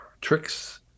tricks